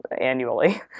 annually